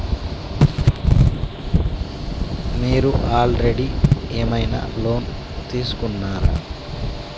మీరు ఆల్రెడీ ఏమైనా లోన్ తీసుకున్నారా?